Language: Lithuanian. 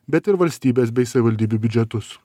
bet ir valstybės bei savivaldybių biudžetus